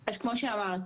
אז כמו שאמרתי,